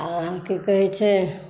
आ की कहै छै